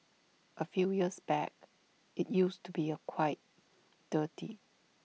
A few years back IT used to be A quite dirty